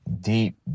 deep